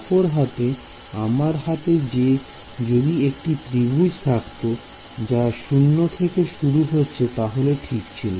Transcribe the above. অপর হাতে আমার হাতে যদি একটি ত্রিভুজ থাকতো যা শূন্য থেকে শুরু হচ্ছে তাহলে ঠিক ছিল